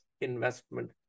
investment